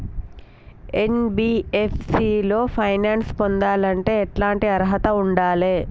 NBFC లో finance పొందాలంటే ఎట్లాంటి అర్హత ఉండాలే?